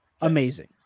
Amazing